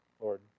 Lord